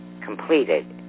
completed